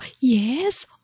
yes